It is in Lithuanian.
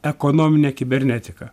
ekonominę kibernetiką